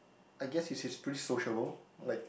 I guess he's he's pretty sociable like